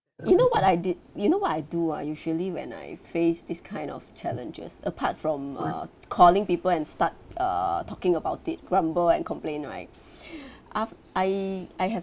you know what I did you know what I do ah usually when I face this kind of challenges apart from uh calling people and start err talking about it grumble and complain right I've I I have